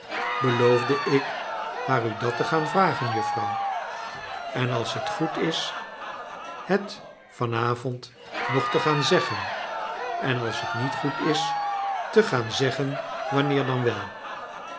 beloofde ik haar u dat te gaan vragen juffrouw en als het goed is liet van avond nog te gaan zeggen en als het niet goed is te gaan zeggen wanneer dan wel